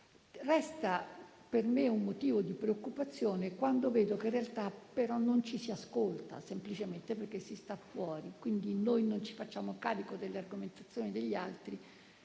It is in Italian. resta per me motivo di preoccupazione quando vedo che in realtà semplicemente non ci si ascolta, perché si sta fuori. Quindi noi non ci facciamo carico delle argomentazioni degli altri,